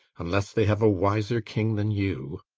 unless they have a wiser king than you.